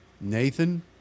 Nathan